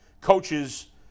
coaches